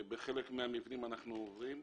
בחלק מהמבנים אנחנו עוברים,